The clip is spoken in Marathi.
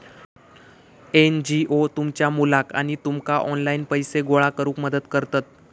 एन.जी.ओ तुमच्या मुलाक आणि तुमका ऑनलाइन पैसे गोळा करूक मदत करतत